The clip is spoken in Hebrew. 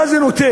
מה זה נותן,